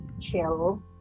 chill